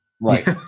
Right